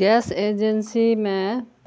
gas एजेन्सीमे